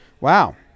Wow